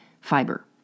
fiber